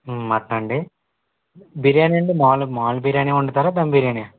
మటనండి బిర్యాని అండి మాములు మాములు బిర్యాని వండుతారా ధమ్ బిర్యానీయా